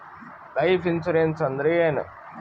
Life insurance ಅಂದ್ರ ಏನ?